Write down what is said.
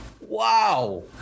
wow